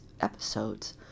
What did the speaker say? episodes